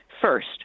First